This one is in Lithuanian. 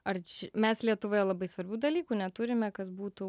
ar mes lietuvoje labai svarbių dalykų neturime kas būtų